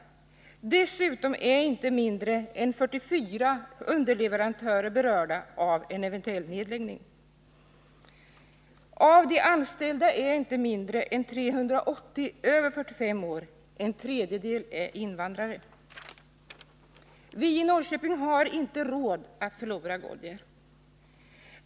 Dessutom är inte mindre än 44 underleverantörer berörda av en eventuell nedläggning. Av de anställda är inte mindre än 380 över 45 år. En tredjedel är invandrare. Vi i Norrköping har inte råd att förlora Goodyear.